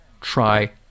try